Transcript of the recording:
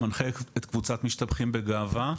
מנחה את קבוצת משתבחים בגאווה.